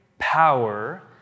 power